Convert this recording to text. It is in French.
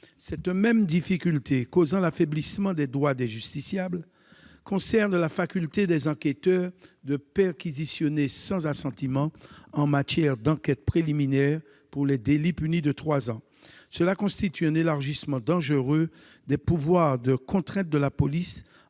source de difficulté, causera l'affaiblissement des droits des justiciables. Il en sera de même pour ce qui concerne la faculté des enquêteurs de perquisitionner sans assentiment en matière d'enquête préliminaire pour les délits punis de trois ans de prison. Cela constitue un élargissement dangereux des pouvoirs de contrainte de la police,